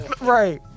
Right